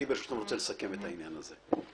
אני רוצה לסכם את העניין הזה.